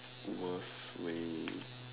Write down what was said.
worst way